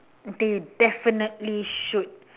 they definitely should